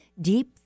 deep